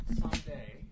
Someday